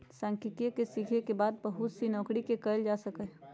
सांख्यिकी के सीखे के बाद बहुत सी नौकरि के कइल जा सका हई